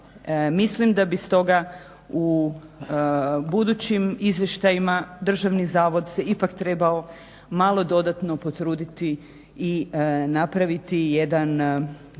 Mislim da bi stoga u budućim izvještajima državni zavod se ipak trebao malo dodatno potruditi i napraviti jedan